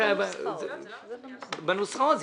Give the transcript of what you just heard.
זה בנוסחאות.